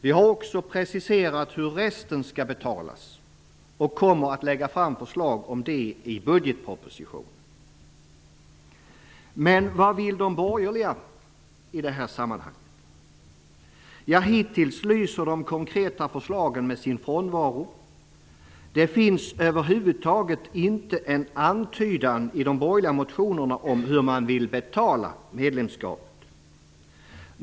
Vi har också preciserat hur resten skall betalas och kommer att lägga fram förslag om detta i budgetpropositionen. Men vad vill de borgerliga i detta sammanhang? Ja, hittills lyser de konkreta förslagen med sin frånvaro. Det finns över huvud taget inte en antydan i de borgerliga motionerna om hur man vill betala medlemskapet.